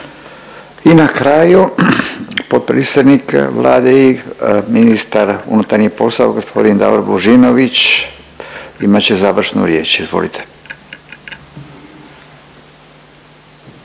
I na kraju potpredsjednik Vlade i ministar unutarnjih poslova g. Davor Božinović imat će završnu riječ. Izvolite.